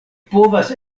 povas